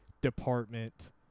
department